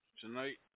tonight